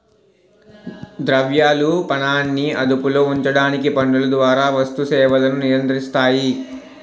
ద్రవ్యాలు పనాన్ని అదుపులో ఉంచడానికి పన్నుల ద్వారా వస్తు సేవలను నియంత్రిస్తాయి